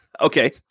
Okay